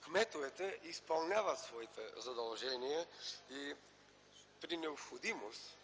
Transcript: Кметовете изпълняват своите задължения и при необходимост